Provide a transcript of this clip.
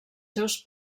seus